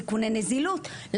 סיכוני נזילות,